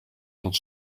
tot